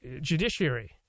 judiciary